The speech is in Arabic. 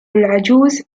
العجوز